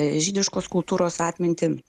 žydiškos kultūros atmintį